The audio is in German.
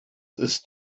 ist